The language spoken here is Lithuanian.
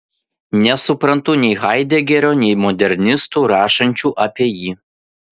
nesuprantu nei haidegerio nei modernistų rašančių apie jį